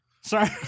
Sorry